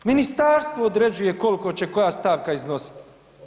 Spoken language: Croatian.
Ministarstvo određuje koliko će koja stavka iznositi.